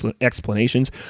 explanations